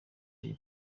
jay